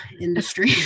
industry